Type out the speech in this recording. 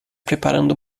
preparando